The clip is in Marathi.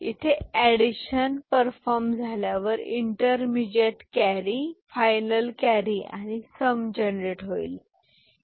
इथे एडिशन परफॉर्म झाल्यावर इंटरमिजिएट कॅरी फायनल कॅरी आणि सम जनरेट होईल